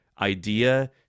idea